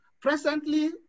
presently